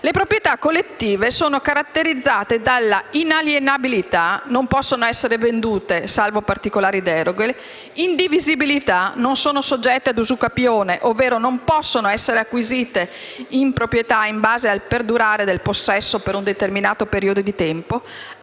le proprietà collettive sono caratterizzate dalla inalienabilità - non possono essere vendute, salvo particolari deroghe- dall'indivisibilità - non sono soggette ad usucapione, ovvero non possono essere acquisite in proprietà in base al perdurare del possesso per un determinato periodo di tempo